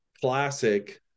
classic